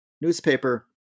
newspaper